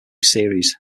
series